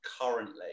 currently